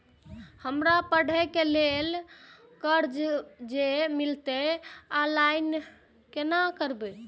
हमरा पढ़े के लेल कर्जा जे मिलते ऑनलाइन केना करबे?